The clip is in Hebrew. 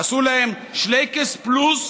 עשו להם שלייקעס פלוס,